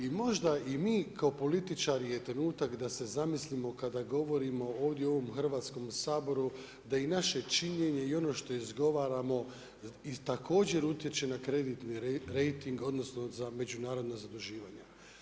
I možda i mi kao političari je trenutak da se zamislimo kada govorimo ovdje u ovom Hrvatskom saboru, da i naše činjenje i ono što izgovaramo, također utječe na kreditni rejting, odnosno, za međunarodna zaduživanja.